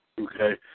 Okay